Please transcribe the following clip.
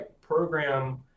program